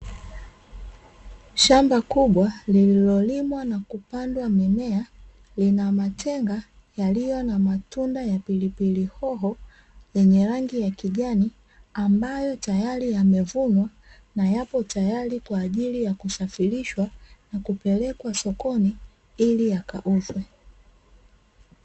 Shamba kubwa lililolimwa na kupandwa mimea, lina matenga yaliyo na matunda ya pilipili hoho yenye rangi ya kijani, ambayo tayari yamevunjwa na yapo tayari kwa ajili ya kusafirishwa na kupelekwa sokoni ili yakauzwe.